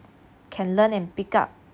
can learn and pick up